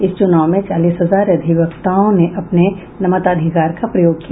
इस चुनाव में चालीस हजार अधिवक्ताओं ने अपने मताधिकार का प्रयोग किया